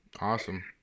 awesome